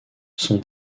son